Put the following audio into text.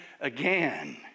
again